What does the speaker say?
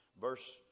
Verse